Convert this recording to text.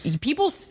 people